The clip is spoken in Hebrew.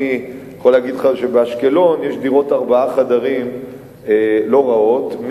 אני יכול להגיד לך שבאשקלון יש דירות ארבעה חדרים לא רעות,